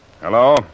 Hello